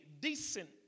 decent